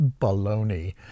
baloney